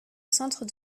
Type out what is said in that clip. centre